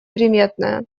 приметная